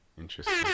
interesting